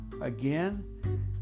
Again